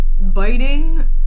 biting